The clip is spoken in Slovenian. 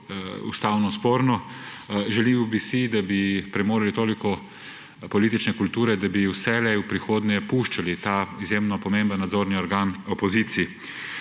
ustavno sporno. Želel bi si, da bi premogli toliko politične kulture, da bi vselej v prihodnje puščali ta izjemno pomemben nadzorni organ opoziciji.